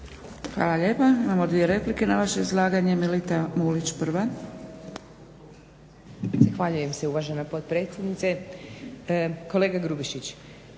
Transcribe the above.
Hvala lijepa. Imamo dvije replike na vaše izlaganje. Melita Mulić, prva. **Mulić, Melita (SDP)** Zahvaljujem se uvažena potpredsjednice. Kolega Grubišić,